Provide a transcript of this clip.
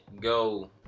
go